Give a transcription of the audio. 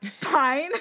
fine